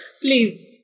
please